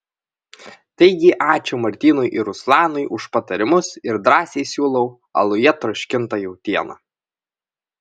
taigi ačiū martynui ir ruslanui už patarimus ir drąsiai siūlau aluje troškintą jautieną